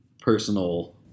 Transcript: personal